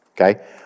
Okay